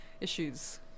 issues